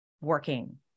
working